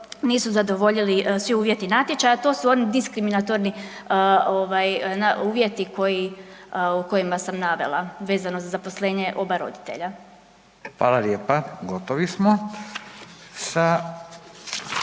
nisu zadovoljili svi uvjeti natječaja, to su oni diskriminatorni ovaj uvjeti koji, o kojima sam navela vezano za zaposlenje oba roditelja. **Radin, Furio